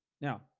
now